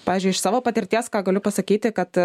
pavyzdžiui iš savo patirties ką galiu pasakyti kad